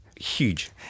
huge